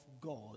God